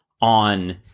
on